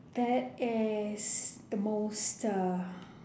that is the most uh